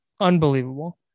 unbelievable